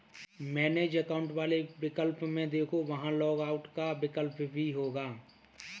manage account वाले विकल्प में देखो, वहां लॉग आउट का विकल्प भी होगा